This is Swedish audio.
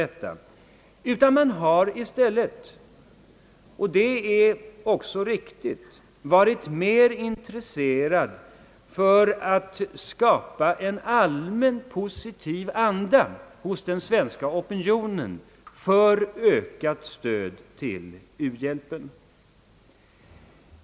I stället har man — och det är också riktigt — varit mer intresserad av att skapa en allmänt positiv anda hos den svenska opinionen för ökat stöd till u-hjälpen.